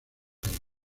penas